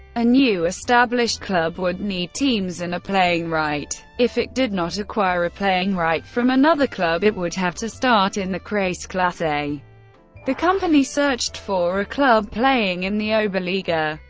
a new established club would need teams and a playing right. if it did not acquire a playing right from another club, it would have to start in the kreisklasse. the the company searched for a club playing in the oberliga,